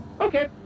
Okay